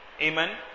Amen